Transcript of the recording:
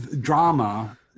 drama